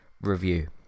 review